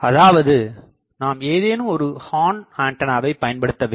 அதாவது நாம் ஏதேனும் ஒருஹார்ன் ஆண்டனாவை பயன்படுத்த வேண்டும்